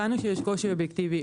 הבנו שיש קושי אובייקטיבי.